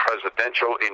presidential